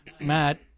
Matt